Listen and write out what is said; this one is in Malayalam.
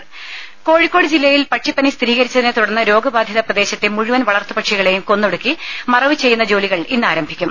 ദേദ കോഴിക്കോട് ജില്ലയിൽ പക്ഷിപ്പനി സ്ഥിരീകരിച്ചതിനെ തുടർന്ന് രോഗബാധിത പ്രദേശത്തെ മുഴുവൻ വളർത്തുപക്ഷികളെയും കൊന്നൊടുക്കി മറവുചെയ്യുന്ന ജോലികൾ ഇന്നാരംഭിക്കും